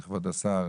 לכבוד השר,